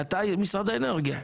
משרד האנרגיה,